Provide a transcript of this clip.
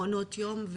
מעונות יום.